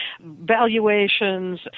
valuations